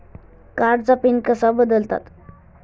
कार्डचा पिन कसा बदलतात?